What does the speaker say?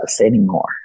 anymore